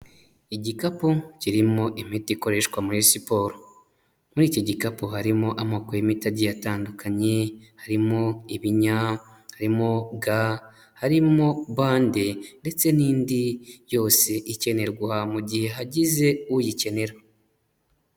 Igikapu kirimo imiti ikoreshwa muri siporo, muri iki gikapu harimo amoko y'imidage atandukanye harimo: ibinya, harimo ga, harimo bande, ndetse n'indi yose ikenerwa mu gihe hagize uyikenera.